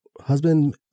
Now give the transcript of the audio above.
husband